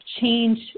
change –